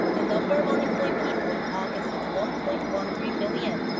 the number of unemployed people in august hit one-point-one-three million.